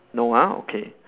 no ah okay